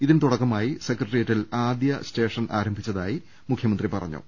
ഇതിന് തുടക്കമായി സെക്രട്ടേ റിയേറ്റിൽ ആദ്യ സ്റ്റേഷൻ ആരംഭിച്ചതായി മുഖ്യമന്ത്രി പറഞ്ഞു